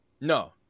No